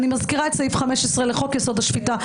אני מזכירה את סעיף 15 לחוק-יסוד: השפיטה,